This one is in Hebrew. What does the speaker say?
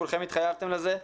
כולכם התחייבתם לזה.